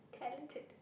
talented